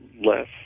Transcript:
less